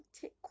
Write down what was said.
take